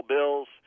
Bills